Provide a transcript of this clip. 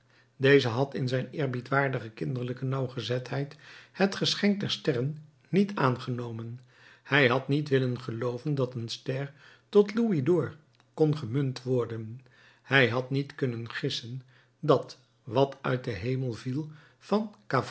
deze had in zijn eerbiedwaardige kinderlijke nauwgezetheid het geschenk der sterren niet aangenomen hij had niet willen gelooven dat een ster tot louisd'or kon gemunt worden hij had niet kunnen gissen dat wat uit den hemel viel van